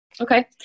Okay